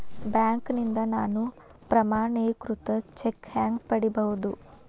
ಬ್ಯಾಂಕ್ನಿಂದ ನಾನು ಪ್ರಮಾಣೇಕೃತ ಚೆಕ್ ಹ್ಯಾಂಗ್ ಪಡಿಬಹುದು?